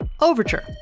Overture